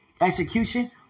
execution